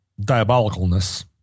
diabolicalness